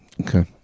Okay